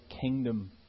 kingdom